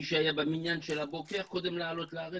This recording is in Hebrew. מי שהיה במניין של הבוקר קודם לעלייה לארץ